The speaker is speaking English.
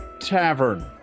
tavern